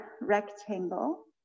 rectangle